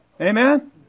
Amen